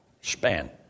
span